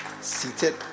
seated